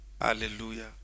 hallelujah